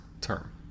term